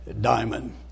diamond